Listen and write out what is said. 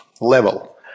level